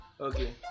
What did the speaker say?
Okay